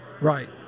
Right